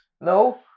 No